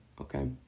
okay